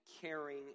caring